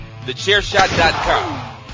TheChairShot.com